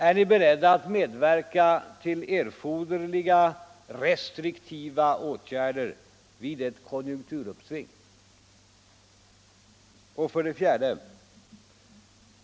Är ni beredda att medverka till erforderliga restriktiva åtgärder vid ett konjunkturuppsving? 4.